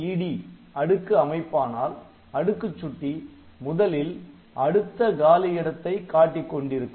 STMED அடுக்கு அமைப்பானால் அடுக்கு சுட்டி முதலில் அடுத்த காலி இடத்தை காட்டிக் கொண்டிருக்கும்